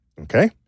Okay